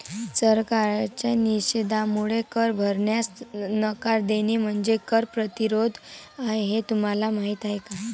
सरकारच्या निषेधामुळे कर भरण्यास नकार देणे म्हणजे कर प्रतिरोध आहे हे तुम्हाला माहीत आहे का